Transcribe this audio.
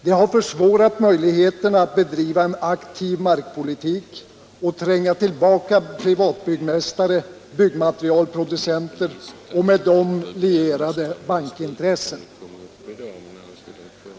Det har försvårat möjligheterna att driva en aktiv markpolitik och tränga tillbaka privatbyggmästare, materialproducenter och med dem lierade bankintressen.